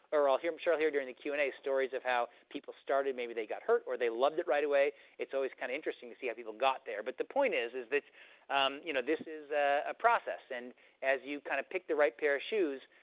or i'm sure i'll hear during the q and a, stories of how people started. maybe they got hurt, or they loved it right away. it's always kind of interesting to see how people got there. but the point is is that you know this is a process, and as you kind of pick the right pair of shoes,